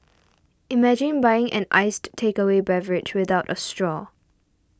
imagine buying an iced takeaway beverage without a straw